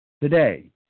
today